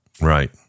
Right